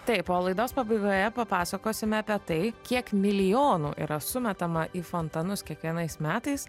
taip o laidos pabaigoje papasakosime apie tai kiek milijonų yra sumetama į fontanus kiekvienais metais